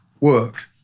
work